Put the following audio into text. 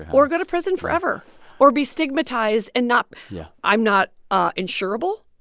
or go to prison forever or be stigmatized and not yeah i'm not ah insurable.